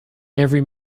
every